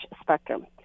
spectrum